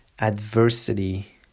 adversity